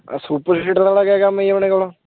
ਆਹ super seeder ਵਾਲ਼ਾ ਕਆ ਕੰਮ ਹੈ ਜੀ ਆਪਣੇ ਕੋਲ